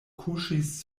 kuŝis